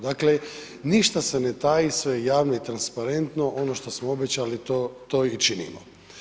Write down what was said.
Dakle, ništa se ne taji, sve je javno i transparentno ono što smo obećali to i činimo.